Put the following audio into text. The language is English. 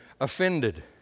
Offended